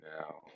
now